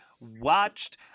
watched